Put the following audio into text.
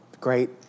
great